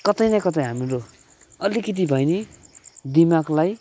कतै न कतै हाम्रो अलिकिती भए नि दिमागलाई